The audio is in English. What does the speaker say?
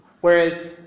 Whereas